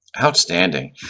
Outstanding